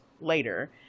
Later